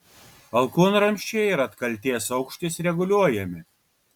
alkūnramsčiai ir atkaltės aukštis reguliuojami